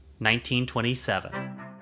1927